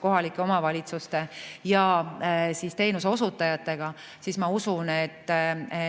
kohalike omavalitsuste ja teenuseosutajatega, siis ma usun, et